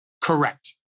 Correct